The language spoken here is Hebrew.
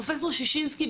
פרופ' ששינסקי,